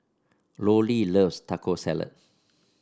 Lollie loves Taco Salad